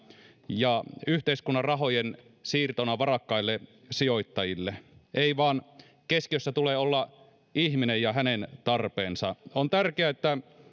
ja yhteiskunnan rahojen siirtona varakkaille sijoittajille ei vaan keskiössä tulee olla ihminen ja hänen tarpeensa on tärkeää että